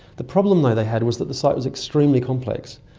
the problem they they had was that the site was extremely complex.